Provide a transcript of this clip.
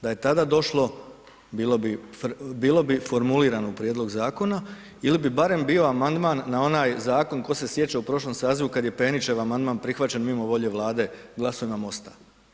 Da je tada došlo bilo bi formulirano u prijedlog zakona ili bi barem bio amandman na onaj zakon tko se sjeća u prošlom sazivu kad je Penićev amandman prihvaćen mimo volje Vlade glasovima MOST-a.